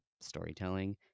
storytelling